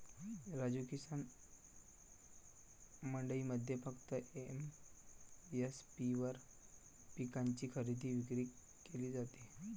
राजू, किसान मंडईमध्ये फक्त एम.एस.पी वर पिकांची खरेदी विक्री केली जाते